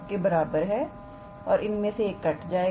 के बराबर है और एक इनमें से कट जाएगा